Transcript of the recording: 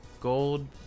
gold